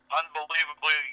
unbelievably